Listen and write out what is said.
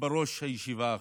בראש הישיבה עכשיו,